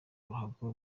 ruhago